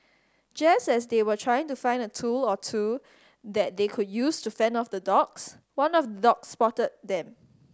just as they were trying to find a tool or two that they could use to fend off the dogs one of the dogs spotted them